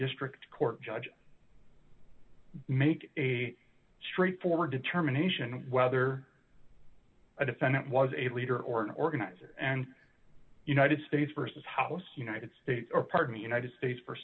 district court judge make a straightforward determination whether a defendant was a leader or an organizer and united states versus house united states or part of the united states